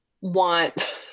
want